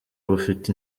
bufite